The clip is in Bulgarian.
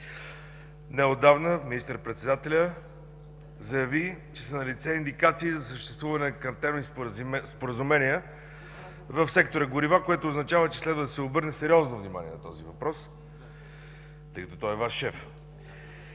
Неотдавна министър-председателят заяви, че са налице индикации за съществуване на картелни споразумения в сектора „Горива”, което означава, че следва да се обърне сериозно внимание на този въпрос, тъй като той е Ваш шеф.